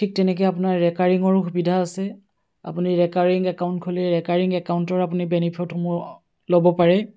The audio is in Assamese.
ঠিক তেনেকৈ আপোনাৰ ৰেকাৰিঙৰো সুবিধা আছে আপুনি ৰেকাৰিং একাউণ্ট খুলি ৰেকাৰিং একাউণ্টৰ আপুনি বেনিফিটসমূহ ল'ব পাৰে